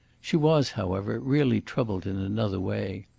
she was, however, really troubled in another way.